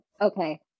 Okay